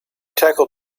tackled